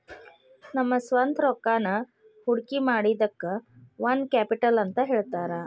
ನಮ್ದ ಸ್ವಂತ್ ರೊಕ್ಕಾನ ಹೊಡ್ಕಿಮಾಡಿದಕ್ಕ ಓನ್ ಕ್ಯಾಪಿಟಲ್ ಅಂತ್ ಹೇಳ್ತಾರ